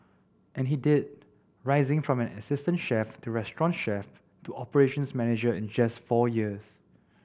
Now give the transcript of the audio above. and he did rising from an assistant chef to restaurant chef to operations manager in just four years